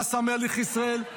מה עשה מלך ישראל?